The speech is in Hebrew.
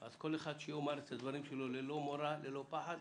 אז שכל אחד יאמר את דברו ללא מורא ופחד,